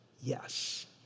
yes